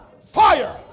Fire